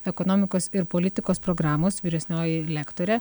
ekonomikos ir politikos programos vyresnioji lektorė